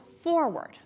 forward